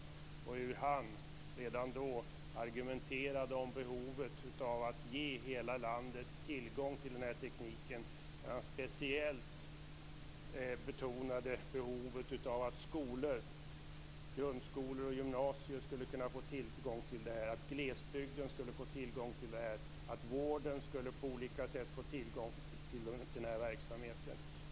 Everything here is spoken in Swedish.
Jag minns att han redan då argumenterade för behovet att ge hela landet tillgång till den här tekniken. Speciellt betonade han behovet av att skolor, grundskolor och gymnasier, skulle få tillgång till det här, att glesbygden skulle få tillgång till det här och att vården på olika sätt skulle få tillgång till den här verksamheten.